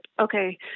okay